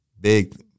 big